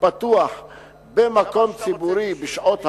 פתוח במקום ציבורי בשעות הלילה,